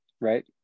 right